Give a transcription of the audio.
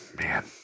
Man